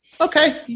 okay